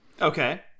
Okay